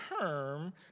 term